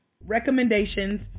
recommendations